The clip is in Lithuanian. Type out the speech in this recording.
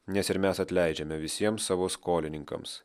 nes ir mes atleidžiame visiems savo skolininkams